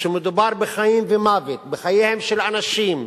כשמדובר בחיים ומוות, בחייהם של אנשים,